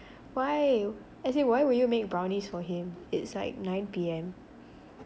why as in why will you make brownies for him it's like nine P_M